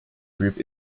group